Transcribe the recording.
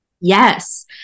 Yes